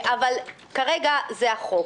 אבל כרגע זה החוק.